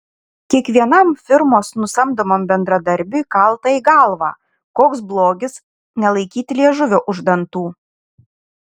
kiekvienam firmos nusamdomam bendradarbiui kalta į galvą koks blogis nelaikyti liežuvio už dantų